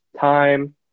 time